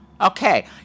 Okay